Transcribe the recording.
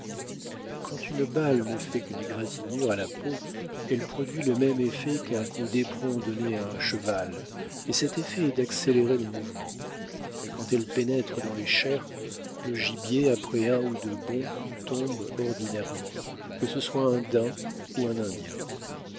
quand une balle ne fait qu'une égratignure à la peau elle produit le même effet qu'un coup d'éperon donné à un cheval et cet effet est d'accélérer le mouvement mais quand elle pénètre dans les chairs le gibier après un ou deux bonds tombe ordinairement que ce soit un daim ou un indien